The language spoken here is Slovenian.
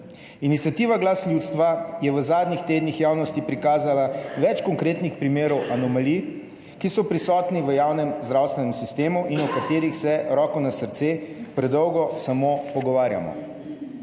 Iniciativa Glas ljudstva je v zadnjih tednih javnosti prikazala več konkretnih primerov anomalij, ki so prisotne v javnem zdravstvenem sistemu in o katerih se, roko na srce, predolgo samo pogovarjamo.